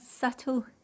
subtle